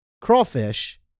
crawfish